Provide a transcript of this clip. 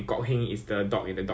rubbish